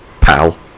pal